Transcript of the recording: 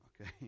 okay